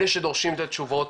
אלה שדורשים את התשובות,